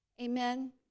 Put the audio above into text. Amen